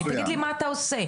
תגיד לי מה אתה עושה,